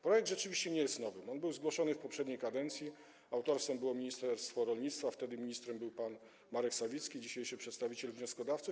Projekt rzeczywiście nie jest nowy, on był zgłoszony w poprzedniej kadencji, autorem było ministerstwo rolnictwa, wtedy kiedy ministrem był pan Marek Sawicki, dzisiejszy przedstawiciel wnioskodawców.